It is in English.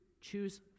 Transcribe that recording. choose